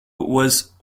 was